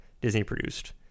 Disney-produced